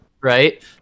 Right